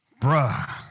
bruh